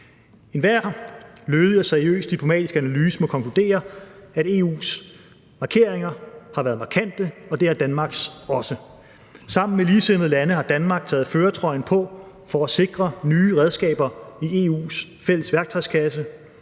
Enhver lødig og seriøs diplomatisk analyse må konkludere, at EU's markeringer har været markante, og det har Danmarks også. Sammen med ligesindede lande har Danmark taget førertrøjen på for at sikre nye redskaber i EU's fælles værktøjskasse.